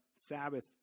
Sabbath